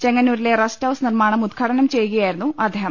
ചെങ്ങന്നൂരിലെ rest house നിർമാണം ഉദ്ഘാടനം ചെയ്യുകയായിരുന്നു അദ്ദേഹം